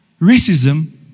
racism